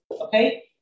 Okay